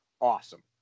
awesome